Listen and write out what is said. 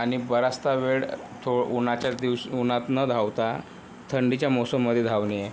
आणि बरातसा वेळ तो उन्हाच्या दिवशी उन्हात न धावता थंडीच्या मौसमामध्ये धावणे